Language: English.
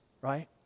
right